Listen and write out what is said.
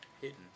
hidden